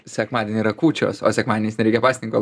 sekmadienį yra kūčios o sekmadieniais nereikia pasninko